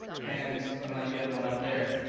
and and like the other one up there.